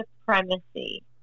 supremacy